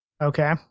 Okay